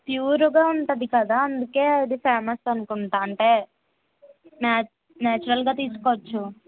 ప్యూర్గా ఉంటుంది కదా అందుకే అది ఫేమస్ అనుకుంటాను అంటే నా న్యాచురల్గా తీస్కోవచ్చు